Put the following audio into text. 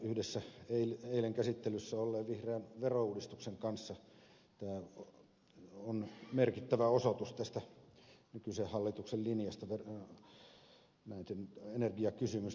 yhdessä eilen käsittelyssä olleen vihreän verouudistuksen kanssa tämä on merkittävä osoitus nykyisen hallituksen linjasta näiden energiakysymysten suhteen